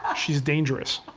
she's dangerous.